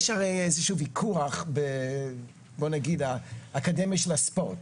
יש הרי איזשהו ויכוח באקדמיה של הספורט,